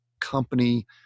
company